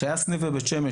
כשהיה סניף בבית שמש,